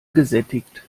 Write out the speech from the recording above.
gesättigt